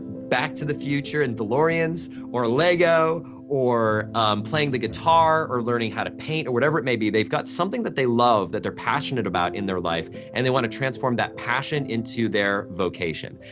back to the future and delorians or a lego or playing the guitar or learning how to paint or whatever it may be, they've got something that they love that they're passionate about in their life and they want to transform that passion into their vocation.